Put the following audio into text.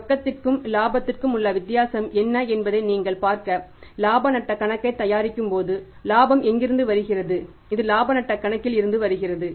ரொக்கத்திற்கும் இலாபத்திற்கும் உள்ள வித்தியாசம் என்ன என்பதை நீங்கள் பார்க்க இலாப நட்டக் கணக்கைத் தயாரிக்கும்போது லாபம் எங்கிருந்து வருகிறது இது இலாப நட்டக் கணக்கில் இருந்து வருகிறது